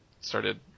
started